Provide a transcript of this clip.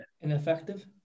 Ineffective